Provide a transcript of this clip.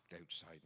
outside